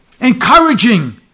encouraging